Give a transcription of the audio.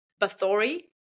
Bathory